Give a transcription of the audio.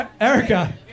Erica